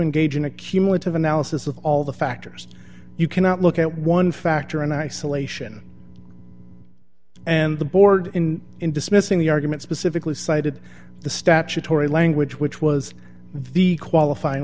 engage in a cumulative analysis of all the factors you cannot look at one factor in isolation and the board in in dismissing the argument specifically cited the statutory language which was the qualifying